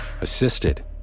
assisted